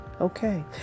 Okay